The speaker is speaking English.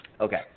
okay